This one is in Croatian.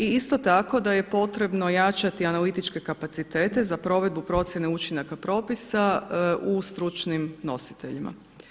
I isto tako da je potrebno jačati analitičke kapacitete za provedbu procjene učinaka propisa u stručnim nositeljima.